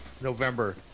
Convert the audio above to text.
November